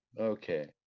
okay